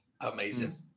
Amazing